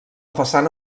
façana